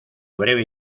breve